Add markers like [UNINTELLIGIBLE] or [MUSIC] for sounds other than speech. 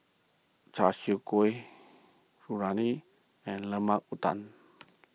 Char Siu Kueh [UNINTELLIGIBLE] and Lemper Udang